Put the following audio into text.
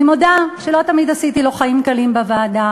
אני מודה שלא תמיד עשיתי לו חיים קלים בוועדה,